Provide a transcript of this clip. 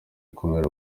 ikumira